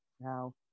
now